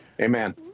Amen